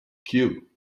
cue